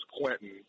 Quentin